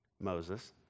Moses